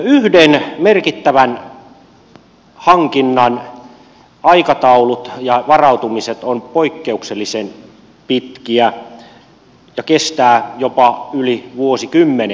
yhden merkittävän hankinnan aikataulut ja varautumiset ovat poikkeuksellisen pitkiä ja kestävät jopa yli vuosikymmenen